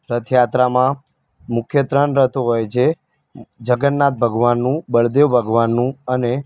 રથયાત્રામાં મુખ્ય ત્રણ રથ હોય છે જગન્નાથ ભગવાનનું બળદેવ ભગવાનનું અને